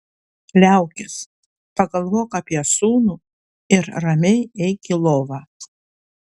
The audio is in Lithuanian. liaukis pagalvok apie sūnų ir ramiai eik į lovą